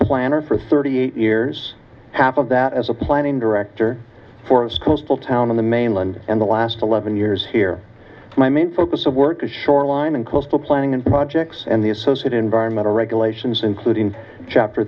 planner for thirty eight years half of that as a planning director for coastal town on the mainland and the last eleven years here my main focus of work at shoreline and close to planning and projects in the associate environmental regulations including chapter